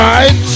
Right